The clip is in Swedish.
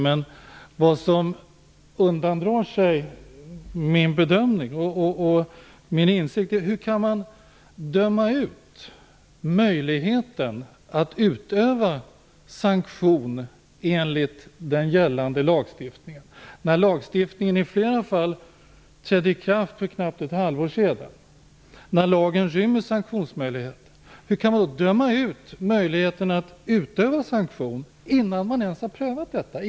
Men vad som undandrar sig min bedömning och min insikt är hur man kan döma ut möjligheterna att utöva sanktion enligt den gällande lagstiftningen, när lagstiftningen i flera fall trädde i kraft för knappt ett halvår sedan. Lagen rymmer ju sanktionsmöjligheter. Hur kan man döma ut möjligheterna att utöva sanktion innan man ens har prövat detta?